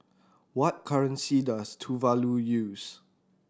what currency does Tuvalu use